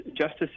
justice